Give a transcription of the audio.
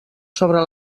sobre